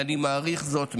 ואני מעריך זאת מאוד.